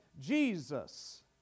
Jesus